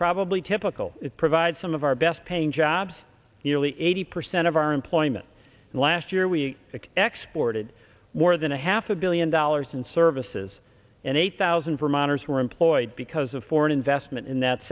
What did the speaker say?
probably typical it provides some of our best paying jobs nearly eighty percent of our employment and last year we export did more than a half a billion dollars in services and eight thousand vermonters were employed because of foreign investment in that